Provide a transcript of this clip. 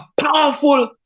powerful